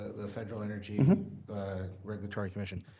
the federal energy regulatory commission.